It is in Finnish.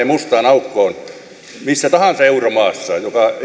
mustaan aukkoon missä tahansa euromaassa